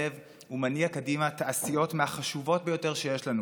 הקורונה הוא מגפה כלכלית חסרת תקדים עבור המשק הישראלי.